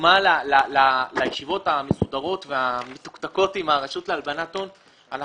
שבדוגמה לישיבות המסודרות והמתוקתקות עם הרשות להלבנת הון,